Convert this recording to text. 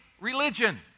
religion